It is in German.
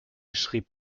schrieb